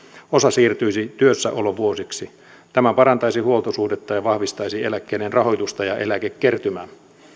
siirtyisi työssäolovuosiksi tämä parantaisi huoltosuhdetta ja vahvistaisi eläkkeiden rahoitusta ja eläkekertymää